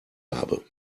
habe